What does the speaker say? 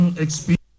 experience